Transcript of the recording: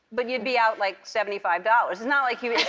but you'd be out, like, seventy five dollars. it's not like if